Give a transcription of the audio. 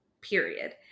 period